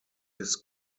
his